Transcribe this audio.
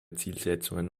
zielsetzungen